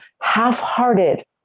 half-hearted